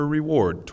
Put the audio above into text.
reward